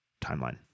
timeline